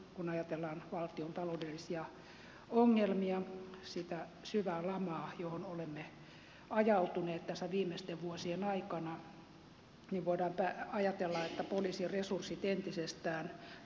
kun ajatellaan valtion taloudellisia ongelmia sitä syvää lamaa johon olemme ajautuneet tässä viimeisten vuosien aikana niin voidaan ajatella että poliisin resurssit entisestään tulevat pienenemään